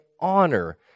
honor